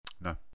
No